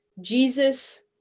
Jesus